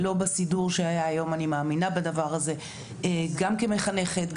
אני מאמינה בדבר הזה גם כמחנכת,